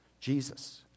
Jesus